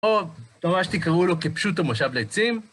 או, ממש תקראו לו כפשוטו מושב לייצים.